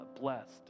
blessed